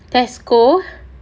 Tesco